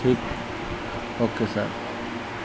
ଠିକ୍ okay sir